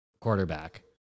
Quarterback